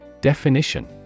Definition